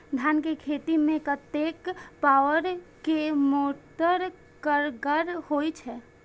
धान के खेती में कतेक पावर के मोटर कारगर होई छै?